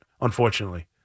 unfortunately